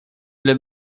для